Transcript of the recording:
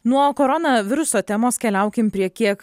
nuo koronaviruso temos keliaukim prie kiek